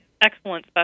excellent